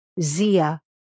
Zia